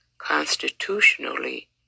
constitutionally